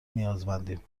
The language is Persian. نیازمندیم